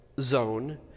zone